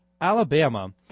Alabama